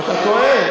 אתה טועה.